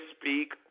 speak